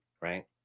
right